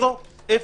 zero effort.